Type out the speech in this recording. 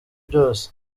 byose